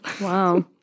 Wow